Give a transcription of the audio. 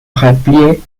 replier